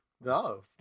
No